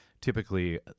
typically—